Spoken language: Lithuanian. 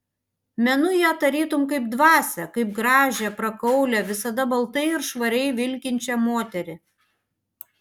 menu ją tarytum kaip dvasią kaip gražią prakaulią visada baltai ir švariai vilkinčią moterį